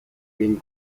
bien